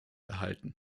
erhalten